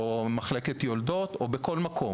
במחלקת יולדות וכו'.